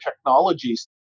technologies